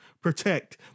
protect